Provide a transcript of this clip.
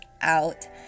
out